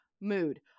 mood